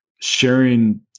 sharing